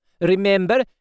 Remember